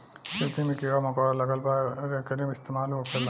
खेती मे कीड़ा मकौड़ा लगला पर एकर इस्तेमाल होखेला